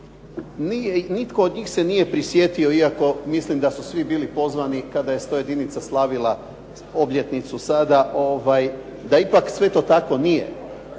nitko od njih se nije prisjetio, iako mislim da su svi bili pozvani kada je 101-ica slavila obljetnicu sada da ipak sve to tako nije.